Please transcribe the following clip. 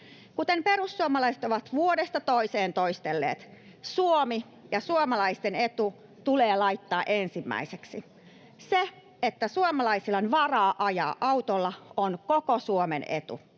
Kuten perussuomalaiset ovat vuodesta toiseen toistelleet: Suomi ja suomalaisten etu tulee laittaa ensimmäiseksi. Se, että suomalaisilla on varaa ajaa autolla, on koko Suomen etu.